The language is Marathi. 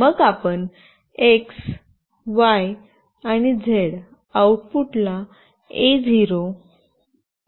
मग आपण एक्स वाय आणि झेड आउटपुटला ए 1